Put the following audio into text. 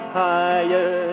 higher